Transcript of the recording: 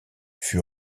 fut